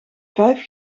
vijf